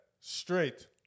straight